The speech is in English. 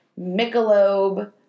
Michelob